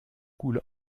coule